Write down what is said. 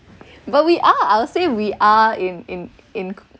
but we are I would say we are in in in